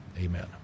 Amen